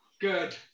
good